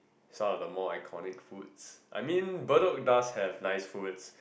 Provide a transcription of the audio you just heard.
some of the more iconic foods I mean Bedok does have nice foods